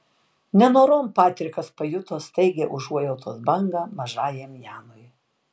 nenorom patrikas pajuto staigią užuojautos bangą mažajam janui